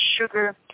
sugar